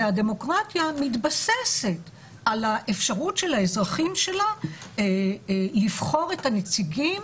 והדמוקרטיה מתבססת על האפשרות של האזרחים שלה לבחור את הנציגים